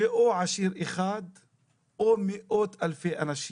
זה או עשיר אחד או מאות אלפי אנשים.